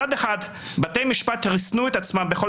מצד אחד בתי משפט ריסנו את עצמם בכל